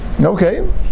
okay